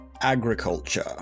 Agriculture